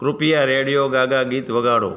કૃપયા radio gaga ગીત વગાડો